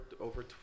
over